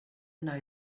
know